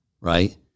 right